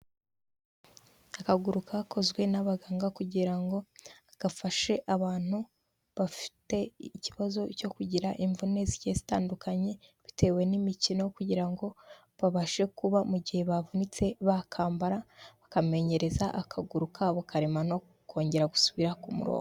Akaguru kakozwe n'abaganga kugira ngo gafashe abantu bafite ikibazo cyo kugira imvune zigiye zitandukanye, bitewe n'imikino kugirango babashe kuba mu mugihe bavunitse bakambara bakamenyereza akaguru kabo karemano, kongera gusubira ku murongo.